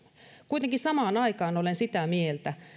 kuitenkin samaan aikaan olen sitä mieltä